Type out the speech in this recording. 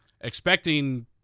expecting